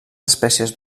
espècies